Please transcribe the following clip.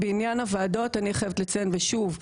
בעניין הוועדות אני חייבת לציין ושוב,